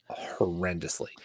horrendously